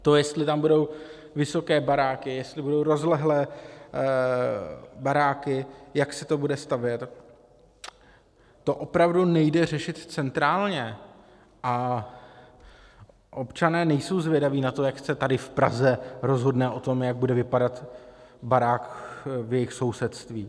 To, jestli tam budou vysoké baráky, jestli budou rozlehlé baráky, jak se to bude stavět, to opravdu nejde řešit centrálně a občané nejsou zvědaví na to, jak se tady v Praze rozhodne o tom, jak bude vypadat barák v jejich sousedství.